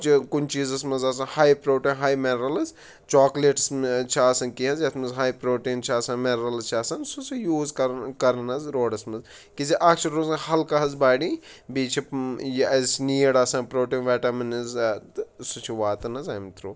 چھِ کُنہِ چیٖزَس منٛز آسان ہاے پرٛٹَہ ہاے مٮ۪نرَلٕز چاکلیٹٕس چھِ آسان کینٛہہ حظ یَتھ منٛز ہاے پرٛوٹیٖن چھِ آسان مِنرَلٕز چھِ آسان سُہ سُہ یوٗز کَرُن کَرُن حظ روڑَس منٛز کیازِ اَکھ چھِ روزان ہَلکہٕ حظ باڑی بیٚیہِ چھِ یہِ اَسہِ نیٖڑ آسان پرٛوٹیٖن طپرہتعینظ وَیٹَمِنٕز تہٕ سُہ چھِ واتان حظ اَمہِ تھرٛوٗ